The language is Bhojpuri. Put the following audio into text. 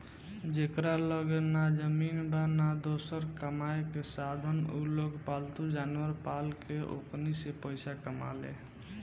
जेकरा लगे ना जमीन बा, ना दोसर कामायेके साधन उलोग पालतू जानवर पाल के ओकनी से पईसा कमाले